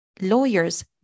lawyers